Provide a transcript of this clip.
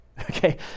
okay